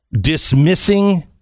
dismissing